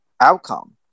outcome